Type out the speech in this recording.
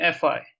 Fi